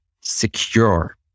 secure